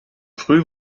früh